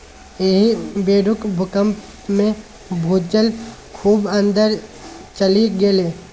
एहि बेरुक भूकंपमे भूजल खूब अंदर चलि गेलै